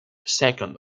second